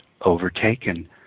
overtaken